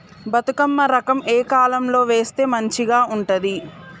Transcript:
బతుకమ్మ రకం ఏ కాలం లో వేస్తే మంచిగా ఉంటది?